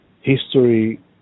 history